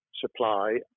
supply